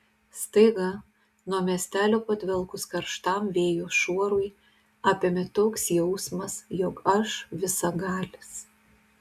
staiga nuo miestelio padvelkus karštam vėjo šuorui apėmė toks jausmas jog aš visagalis